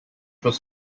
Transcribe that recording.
was